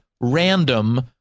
random